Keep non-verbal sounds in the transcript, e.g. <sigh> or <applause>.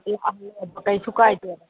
<unintelligible> ꯀꯩꯁꯨ ꯀꯥꯏꯗꯦꯕ